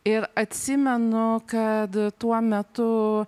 ir atsimenu kad tuo metu